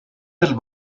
del